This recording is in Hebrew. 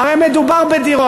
הרי מדובר בדירות.